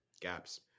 gaps